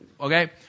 Okay